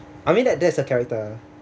I mean that there's a character